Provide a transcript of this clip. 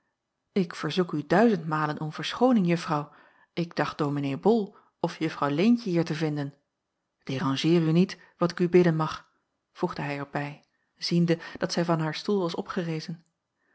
ik verzoek u duizend malen om verschooning juffrouw ik dacht dominee bol of juffrouw leentje hier te vinden dérangeer u niet wat ik u bidden mag voegde hij er bij ziende dat zij van haar stoel was opgerezen